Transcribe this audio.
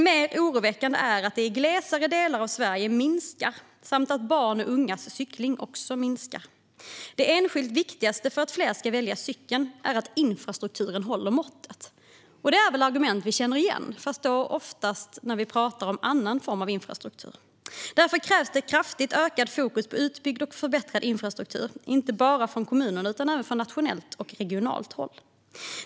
Mer oroväckande är att cyklingen minskar i glesare delar av Sverige samt att även barn och ungas cykling minskar. Det enskilt viktigaste för att fler ska välja cykeln är att infrastrukturen håller måttet. Det är väl argument vi känner igen, fast då oftast när vi pratar om annan form av infrastruktur. Därför krävs det ett kraftigt ökat fokus på utbyggd och förbättrad infrastruktur, inte bara från kommunernas sida utan även från nationellt och regionalt håll.